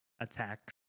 attack